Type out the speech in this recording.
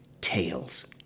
Tails